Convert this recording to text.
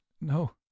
No